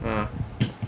ah